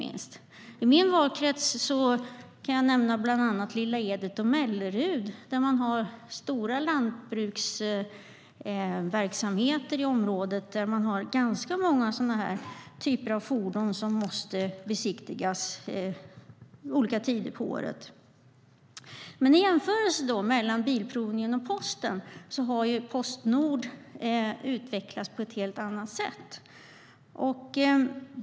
I min valkrets kan jag nämna bland andra Lilla Edet och Mellerud, där man har stora lantbruksverksamheter i området som har ganska många typer av fordon som måste besiktigas vid olika tider på året. Om man jämför bilprovningen och posten har Postnord utvecklats på ett helt annat sätt.